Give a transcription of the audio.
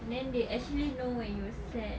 and then they actually know when you're sad